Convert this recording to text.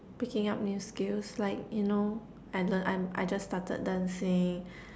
picking up new skills like you know I learn I I just started dancing